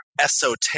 esoteric